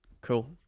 Cool